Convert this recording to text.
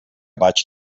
vaig